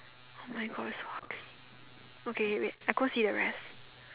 oh my God it's so ugly okay wait I go see the rest